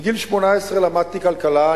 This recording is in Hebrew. מגיל 18 למדתי כלכלה,